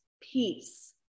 peace